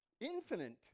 infinite